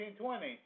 1920